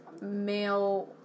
male